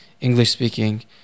English-speaking